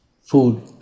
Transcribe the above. food